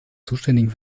zuständigen